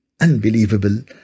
unbelievable